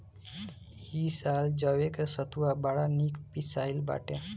इ साल जवे के सतुआ बड़ा निक पिसाइल बाटे